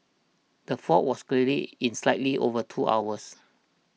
the fault was cleared in slightly over two hours